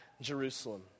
Jerusalem